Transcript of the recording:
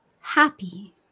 happy